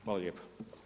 Hvala lijepo.